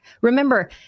Remember